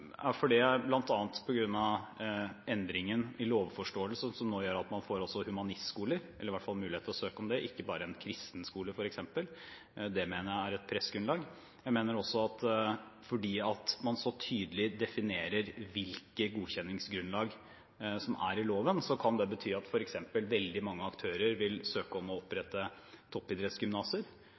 er bl.a. på grunn av endringen i lovforståelse som gjør at man nå får humanistskoler – iallfall muligheten til å søke om det – og ikke bare f.eks. en kristen skole. Det mener jeg er et pressgrunnlag. Jeg mener også at fordi man så tydelig definerer hvilke godkjenningsgrunnlag som er i loven, kan det bety at f.eks. veldig mange aktører vil søke om å opprette toppidrettsgymnaser,